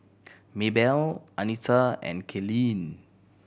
Maebelle Anita and Kaylene